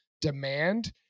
demand